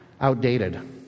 outdated